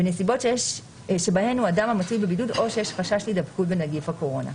בנסיבות שבהן הוא אדם המצוי בבידוד או שיש חשש להידבקות בנגיף הקורונה.